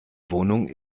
wohnung